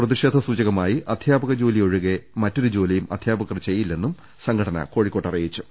പ്രതിഷേധ സൂചകമായി അധ്യാ പന ജോലി ഒഴികെ മറ്റൊരു ജോലിയും അധ്യാപകർ ചെയ്യില്ലെന്നും സംഘ ടന കോഴിക്കോട്ട് അറിയിച്ചു